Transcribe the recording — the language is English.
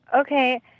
Okay